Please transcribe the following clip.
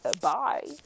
bye